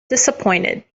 dissapointed